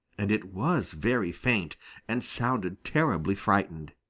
and it was very faint and sounded terribly frightened.